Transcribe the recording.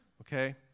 Okay